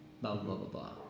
blah-blah-blah-blah